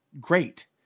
great